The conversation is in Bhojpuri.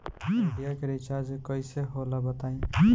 आइडिया के रिचार्ज कइसे होला बताई?